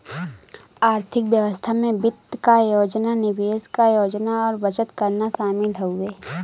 आर्थिक व्यवस्था में वित्त क योजना निवेश क योजना और बचत करना शामिल हउवे